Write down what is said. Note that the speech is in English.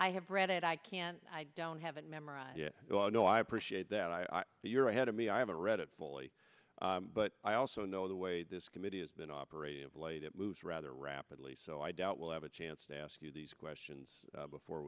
i have read it i can't i don't have it memorized yet so i know i appreciate that i so you're ahead of me i haven't read it fully but i also know the way this committee has been operated of late it moves rather rapidly so i doubt we'll have a chance to ask you these questions before